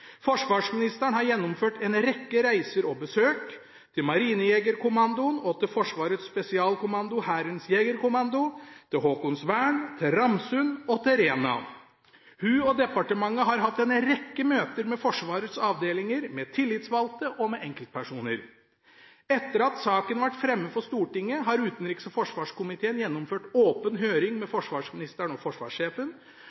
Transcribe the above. Forsvarsministeren har gjennomført en rekke reiser og besøk – til Marinejegerkommandoen og til Forsvarets Spesialkommando/Hærens jegerkommando, og til Haakonsvern, Ramsund og Rena. Hun og departementet har hatt en rekke møter med Forsvarets avdelinger, med tillitsvalgte og med enkeltpersoner. Etter at saken ble fremmet for Stortinget, har utenriks- og forsvarskomiteen gjennomført åpen høring med